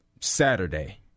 Saturday